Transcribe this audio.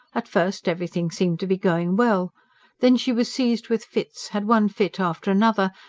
at first everything seemed to be going well then she was seized with fits, had one fit after another,